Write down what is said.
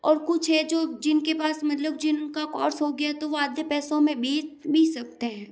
और कुछ हैं जो जिनके पास मतलब जिनका कौर्स हो गया है तो वो आधे पैसों में बेच भी सकते हैं